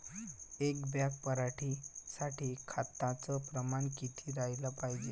एक बॅग पराटी साठी खताचं प्रमान किती राहाले पायजे?